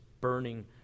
burning